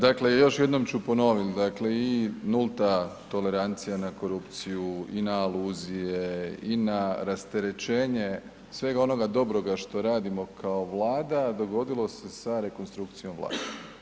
Dakle još jednom ću ponoviti dakle i nulta tolerancija na korupciju i na iluzije i na rasterečenje svega onoga dobroga što radimo kao Vlada dogodilo se sa rekonstrukcijom Vlade.